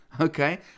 okay